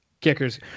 kickers